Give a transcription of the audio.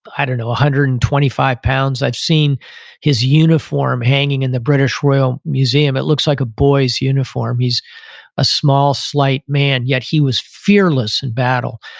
i don't know, one hundred and twenty five pounds. i've seen his uniform hanging in the british royal museum. it looks like a boy's uniform. he's a small, slight man, yet he was fearless in battle.